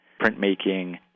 printmaking